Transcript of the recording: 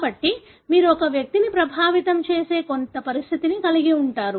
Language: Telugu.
కాబట్టి మీరు వ్యక్తిని ప్రభావితం చేసే కొన్ని పరిస్థితిని కలిగి ఉంటారు